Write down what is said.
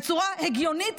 בצורה הגיונית,